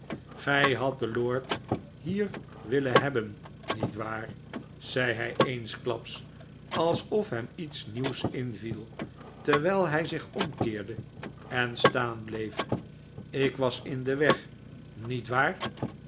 gij hadt den lord hier willen hebben niet waar zei hij eensklaps alsof hem iets nieuws inviel terwijl hij zich omkeerde en staan bleef ik was in den weg niet waar